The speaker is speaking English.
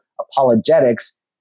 apologetics